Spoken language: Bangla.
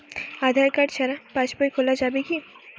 আধার কার্ড ছাড়া পাশবই খোলা যাবে কি?